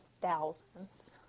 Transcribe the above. thousands